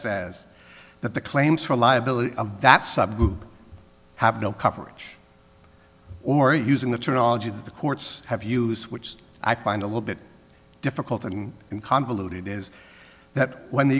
says that the claims for liability that subgroup have no coverage or using the terminology that the courts have used which i find a little bit difficult than in convoluted is that when they